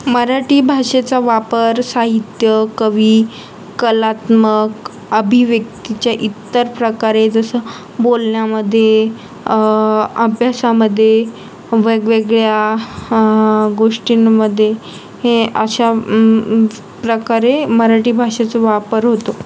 मराठी भाषेचा वापर साहित्य कवी कलात्मक अभिव्यक्तीच्या इतर प्रकारे जसं बोलण्यामध्ये अभ्यासामध्ये वेगवेगळ्या गोष्टींमध्ये हे अशा प्रकारे मराठी भाषेचा वापर होतो